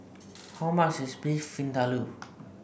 how much is Beef Vindaloo